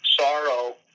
sorrow